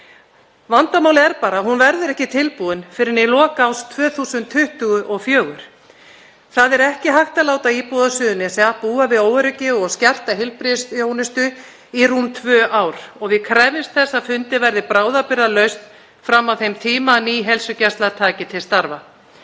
Vandamálið er bara að hún verður ekki tilbúin fyrr en í lok árs 2024. Það er ekki hægt að láta íbúa Suðurnesja búa við óöryggi og skerta heilbrigðisþjónustu í rúm tvö ár og við krefjumst þess að fundin verði bráðabirgðalausn fram að þeim tíma að ný heilsugæsla tekur til starfa.